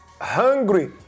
hungry